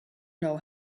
know